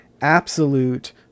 absolute